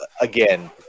again